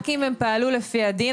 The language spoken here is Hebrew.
רק אם הן פעלו לפי הדין.